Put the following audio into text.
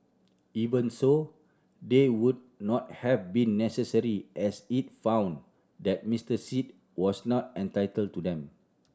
even so they would not have been necessary as it found that Mister Sit was not entitled to them